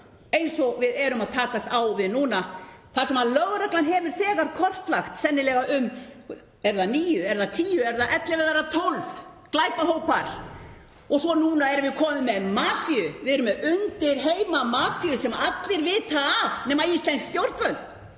og við erum að takast á við núna þar sem lögreglan hefur þegar kortlagt sennilega um — eru það níu eða tíu eða ellefu eða tólf glæpahópar? Svo núna erum við komin með mafíu. Við erum með undirheimamafíu sem allir vita af nema íslensk stjórnvöld,